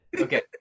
okay